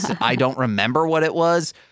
I-don't-remember-what-it-was—